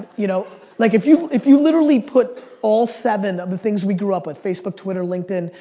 you know like if you if you literally put all seven of the things we group up with facebook, twitter, linkedin,